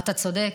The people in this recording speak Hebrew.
אתה צודק,